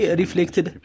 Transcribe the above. reflected